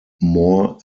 more